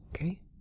okay